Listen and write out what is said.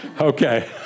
Okay